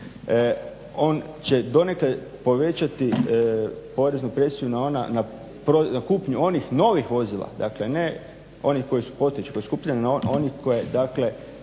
On će donekle povećati poreznu presiju na ona, na kupnju onih novih vozila. Dakle, ne onih koji su postojeći, onih koji dakle